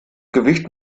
gewicht